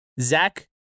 zach